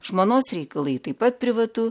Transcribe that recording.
žmonos reikalai taip pat privatu